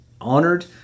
honored